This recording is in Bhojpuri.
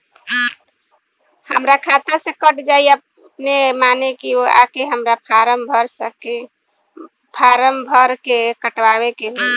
हमरा खाता से कट जायी अपने माने की आके हमरा फारम भर के कटवाए के होई?